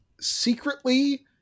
secretly